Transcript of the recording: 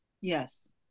Yes